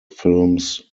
films